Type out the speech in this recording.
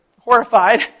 horrified